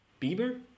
Bieber